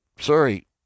Sorry